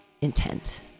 intent